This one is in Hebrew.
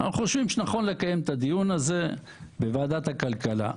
אנחנו חושבים שנכון לקיים את הדיון הזה בוועדת הכלכלה.